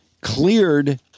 cleared